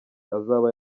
azaba